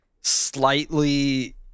slightly